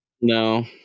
No